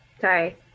Sorry